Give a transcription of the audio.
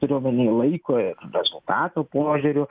turiu omeny laikui rezultatų požiūriu